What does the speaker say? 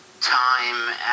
time